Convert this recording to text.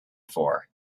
for